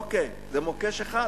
אוקיי, זה מוקש אחד.